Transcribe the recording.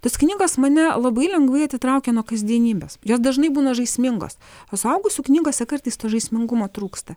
tos knygos mane labai lengvai atitraukia nuo kasdienybės jos dažnai būna žaismingos o suaugusių knygose kartais to žaismingumo trūksta